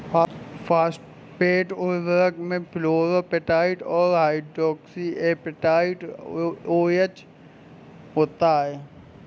phosphate उर्वरक में fluorapatite और हाइड्रोक्सी एपेटाइट ओएच होता है